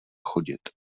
chodit